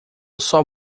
sol